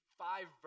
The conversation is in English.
five